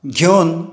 घेवन